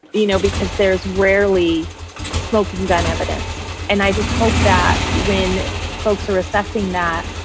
you know, because there is rarely smoking gun evidence. and i just hope that when folks are assessing that,